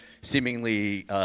seemingly